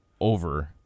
over